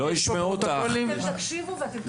תסתכלו עליה.